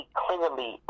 clearly